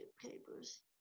papers